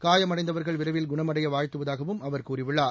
காயமடைந்தவர்கள் விரைவில் குணமடைய வாழ்த்துவதாகவும் அவர் கூறியுள்ளார்